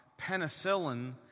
penicillin